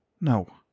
No